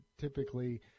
typically